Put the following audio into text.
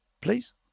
please